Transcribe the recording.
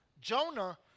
Jonah